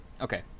Okay